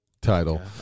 title